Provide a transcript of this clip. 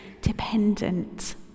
dependent